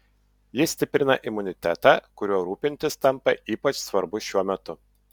ji stiprina imunitetą kuriuo rūpintis tampa ypač svarbu šiuo metu